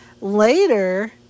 Later